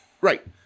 Right